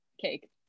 Cake